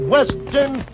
Western